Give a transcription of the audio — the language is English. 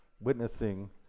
witnessing